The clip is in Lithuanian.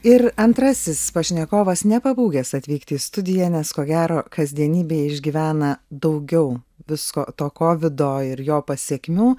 ir antrasis pašnekovas nepabūgęs atvykti į studiją nes ko gero kasdienybėje išgyvena daugiau visko to kovido ir jo pasekmių